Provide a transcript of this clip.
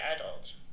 adult